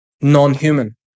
non-human